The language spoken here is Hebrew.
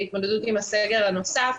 ההתמודדות עם הסגר הנוסף.